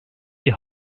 die